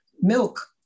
milk